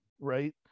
right